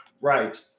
Right